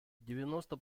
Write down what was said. девяносто